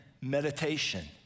Meditation